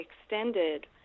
extended